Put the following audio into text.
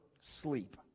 sleep